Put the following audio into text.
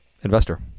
investor